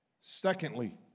Secondly